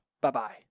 Bye-bye